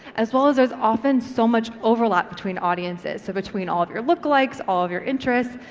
as well as those often so much overlap between audiences, so between all of your lookalikes, all of your interests,